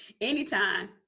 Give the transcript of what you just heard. anytime